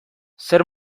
zer